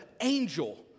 angel